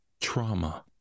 trauma